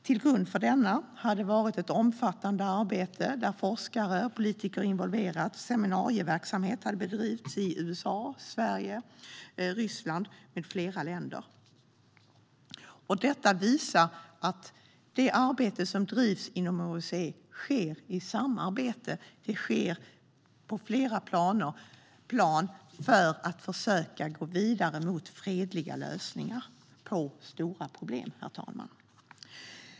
Till grund för denna låg bland annat ett omfattande arbete där forskare och politiker involverats och seminarieverksamhet bedrivits i USA, Sverige, Ryssland med flera länder. Detta visar att det arbete som bedrivs inom OSSE sker i samarbete. Det sker på flera plan för att vi ska försöka gå vidare med fredliga lösningar på stora problem, herr talman.